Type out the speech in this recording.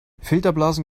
filterblasen